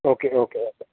okay okay okay